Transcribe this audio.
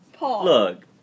look